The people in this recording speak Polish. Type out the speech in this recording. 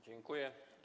Dziękuję.